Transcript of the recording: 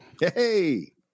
Hey